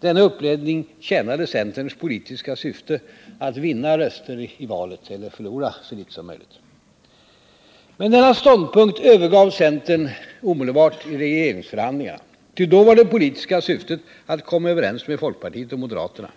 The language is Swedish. Denna uppläggning tjänade centerns politiska syfte att vinna röster i valet eller förlora så litet som möjligt. Men denna ståndpunkt övergav centern omedelbart i regeringsförhandlingarna. Ty då var det politiska syftet att komma överens med folkpartiet och moderaterna.